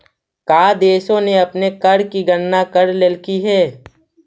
का देशों ने अपने कर की गणना कर लेलकइ हे